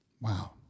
Wow